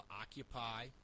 occupy